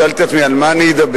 שאלתי את עצמי על מה אני אדבר,